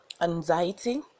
anxiety